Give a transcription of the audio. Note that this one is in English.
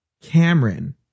Cameron